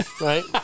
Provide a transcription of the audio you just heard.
right